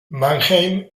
mannheim